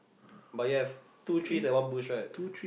but you have two trees and one bush right